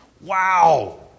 Wow